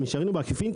במישרין ובעקיפין,